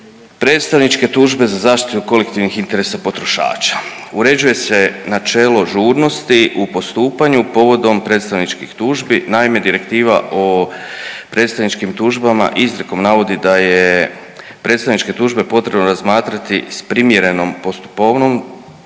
predstavničke tužbe za zaštitu kolektivnih interesa potrošača. Uređuje se načelo ažurnosti u postupanju povodom predstavničkih tužbi. Naime, Direktiva o predstavničkim tužbama izrijekom navodi da je predstavničke tužbe potrebno razmatrati s primjerenom postupovnom